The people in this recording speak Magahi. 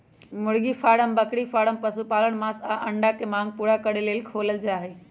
मुर्गी फारम बकरी फारम पशुपालन मास आऽ अंडा के मांग पुरा करे लेल खोलल जाइ छइ